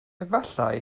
efallai